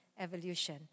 evolution